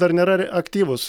dar nėra aktyvūs